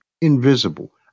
invisible